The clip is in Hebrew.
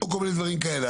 או כל מיני דברים כאלה.